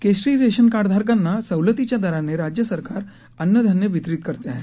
केशरी रेशनकार्डधारकांना सवलतीच्या दराने राज्य सरकार अन्नधान्य वितरित करते आहे